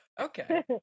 Okay